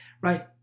Right